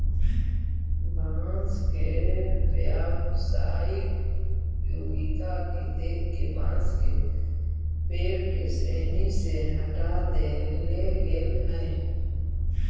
बाँस के व्यावसायिक उपयोगिता के देख के बाँस के पेड़ के श्रेणी से हँटा देले गेल हइ